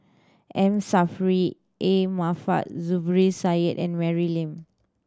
M Saffri A Manaf Zubir Said and Mary Lim